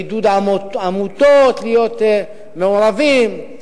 בעידוד עמותות להיות מעורבים.